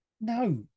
No